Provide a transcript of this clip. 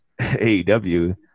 AEW